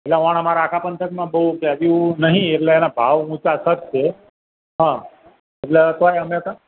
એટલ ઓણ અમારા આખા પંથકમાં બહુ કેરીઓ નથી એટલે એનાં ભાવ બહુ ઉંચા ખત છે હા એટલે તોય અમે